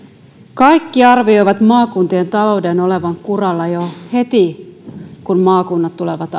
kaikki arvioivat maakuntien talouden olevan kuralla jo heti kun maakunnat tulevat